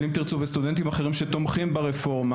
של 'אם תרצו' וסטודנטים אחרים שתומכים ברפורמה,